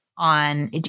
on